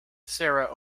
sarah